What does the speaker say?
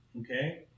Okay